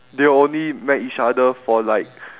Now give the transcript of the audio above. they only met each other for like